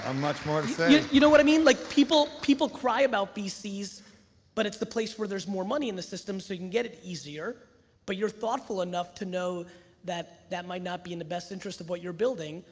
um much more to say. you know what i mean? like people people cry about vcs but it's the place where there's more money in the system so you can get it easier but you're thoughtful enough to know that that might not be in the best interest of what you're building,